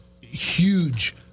huge